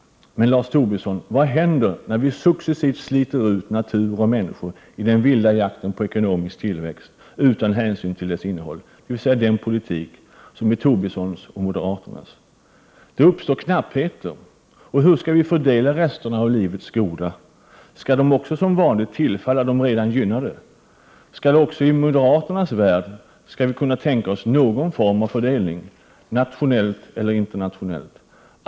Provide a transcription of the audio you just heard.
Men, Lars Tobisson, vad händer när vi successivt sliter ut natur och människor i den vilda jakten på ekonomisk tillväxt utan hänsyn till dess innehåll, dvs. den politik som är Tobissons och moderaternas? Det uppstår knappheter. Hur skall vi fördela resten av livets goda? Skall dessa också som vanligt tillfalla de redan gynnade? Skall vi också i moderaternas värld kunna tänka oss någon form av fördelning, nationellt och internationellt?